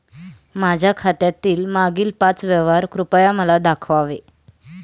माझ्या खात्यातील मागील पाच व्यवहार कृपया मला दाखवावे